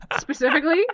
specifically